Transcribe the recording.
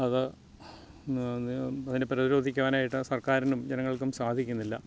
അത് അതിനെ പ്രതിരോധിക്കുവാനായിട്ട് സർക്കാറിനും ജനങ്ങൾക്കും സാധിക്കുന്നില്ല